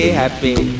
happy